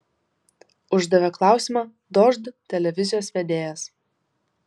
uždavė klausimą dožd televizijos vedėjas